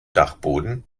dachboden